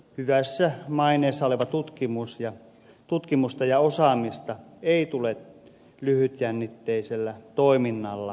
hyvässä maineessa olevaa tutkimusta ja osaamista ei tule lyhytjännitteisellä toiminnalla uhrata